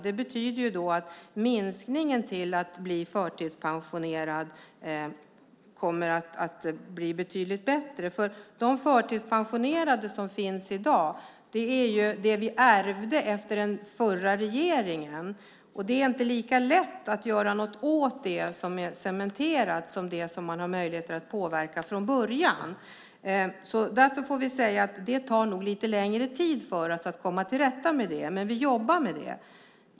Det betyder att antalet som blir förtidspensionerade kommer att bli betydligt lägre. De förtidspensionerade som finns i dag är dem vi ärvde efter den förra regeringen. Det är inte lika lätt att göra någonting åt det som är cementerat som det man har möjligheter att påverka från början. Därför får vi säga att det nog tar lite längre tid för oss att komma till rätta med det. Men vi jobbar med det.